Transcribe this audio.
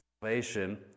salvation